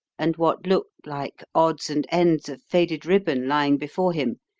and what looked like odds and ends of faded ribbon lying before him,